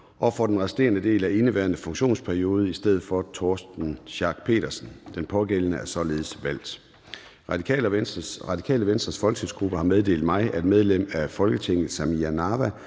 og for den resterende del af indeværende funktionsperiode i stedet for Torsten Schack Pedersen. Den pågældende er således valgt. Radikale Venstres folketingsgruppe har meddelt mig, at medlem af Folketinget Samira Nawa